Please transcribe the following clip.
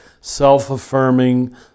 self-affirming